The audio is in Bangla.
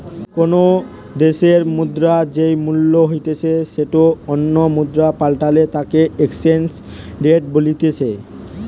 কোনো দ্যাশের মুদ্রার যেই মূল্য হইতে সেটো অন্য মুদ্রায় পাল্টালে তাকে এক্সচেঞ্জ রেট বলতিছে